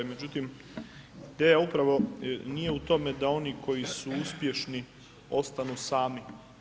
Međutim ideja upravo nije u tome da oni koji su uspješni ostanu sami.